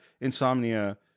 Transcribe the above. insomnia